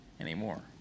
anymore